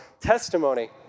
testimony